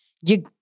you-